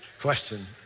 question